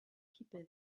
people